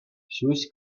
ҫӳҫ